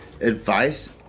advice